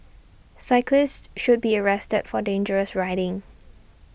cyclist should be arrested for dangerous riding